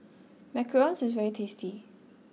macarons is very tasty